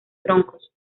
troncos